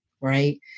Right